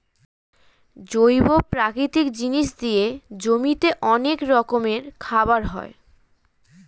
জৈব প্রাকৃতিক জিনিস দিয়ে জমিতে অনেক রকমের খাবার হয়